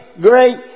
great